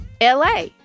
LA